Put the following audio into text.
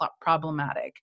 problematic